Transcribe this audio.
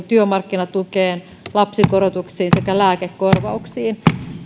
työmarkkinatukeen lapsikorotuksiin sekä lääkekorvauksiin